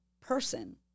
person